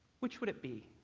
which would it be?